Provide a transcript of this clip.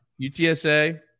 UTSA